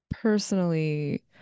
personally